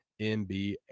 NBA